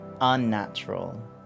unnatural